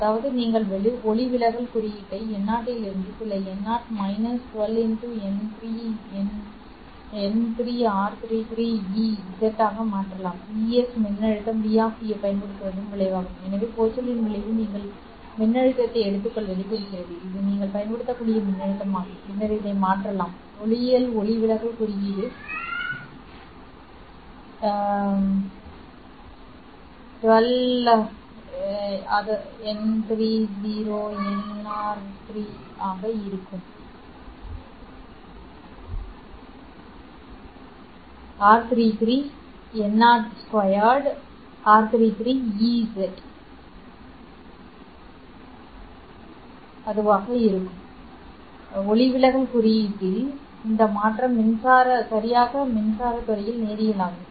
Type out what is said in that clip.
அதாவது நீங்கள் ஒளிவிலகல் குறியீட்டை n0 இலிருந்து சில n0−12 n30r33E z ஆக மாற்றலாம் ஈஸ் மின்னழுத்தம் v ஐப் பயன்படுத்துவதன் விளைவாகும் எனவே போச்சலின் விளைவு நீங்கள் மின்னழுத்தத்தை எடுத்துக்கொள்வதைக் குறிக்கிறது இது நீங்கள் பயன்படுத்தக்கூடிய மின்னழுத்தமாகும் பின்னர் அதை மாற்றலாம் ஒளியியல் ஒளிவிலகல் குறியீடு 12 n30r33Ez ஆக இருக்கும் ஒளிவிலகல் குறியீட்டில் இந்த மாற்றம் சரியாக மின்சார துறையில் நேரியல் இருக்கும்